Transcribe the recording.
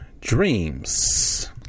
dreams